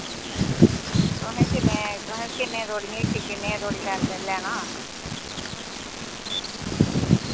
तुसें किन्ने तुसें किन्ने धोड़ी च किन्ने धोड़ी लैना